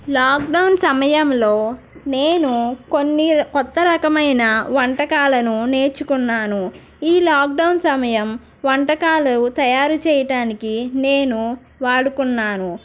lockdown సమయంలో నేను కొన్ని కొత్త రకమైన వంటకాలను నేర్చుకున్నాను ఈ లాక్డౌన్ సమయం వంటకాలు తయారు చేయడానికి నేను వాడుకున్నాను